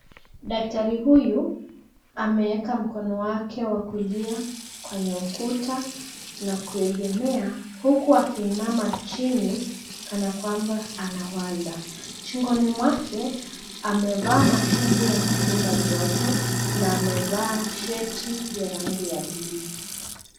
Daktari huyu ameeka mkono wake wa kulia kwenye ukuta na kuegemea, huku akiinama chini, kana kwamba anawaza. Shingoni mwake, amevaa mashini ya kupima joto na amevaa sheti ya rangi ya bluu.